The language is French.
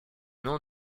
nom